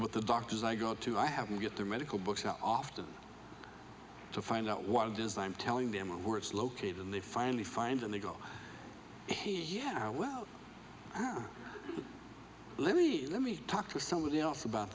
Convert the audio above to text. what the doctors i go to i have them get their medical books out often to find out what it does i'm telling them where it's located and they finally find and they go hey yeah well let me let me talk to somebody else about